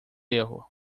erro